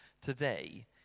Today